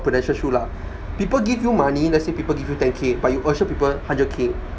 Prudential's shoes lah people give you money let's say people give you ten K but you assure people hundred K